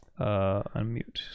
unmute